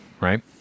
right